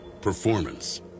performance